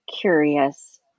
curious